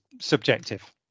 subjective